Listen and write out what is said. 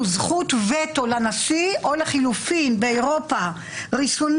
אין לנו זכות וטו לנשיא או לחילופין באירופה ריסונים